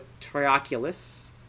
Trioculus